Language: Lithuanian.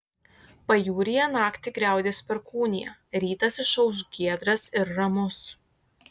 pajūryje naktį griaudės perkūnija rytas išauš giedras ir ramus